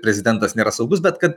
prezidentas nėra saugus bet kad